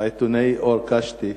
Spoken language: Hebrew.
העיתונאי אור קשתי: